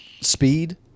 speed